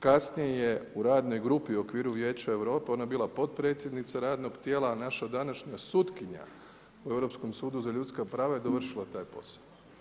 Kasnije u radnoj grupi u okviru Vijeća Europe ona je bila potpredsjednica radnog tijela, a naša današnja sutkinja u Europskom sudu za ljudska prava je dovršila taj posao.